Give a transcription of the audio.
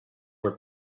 were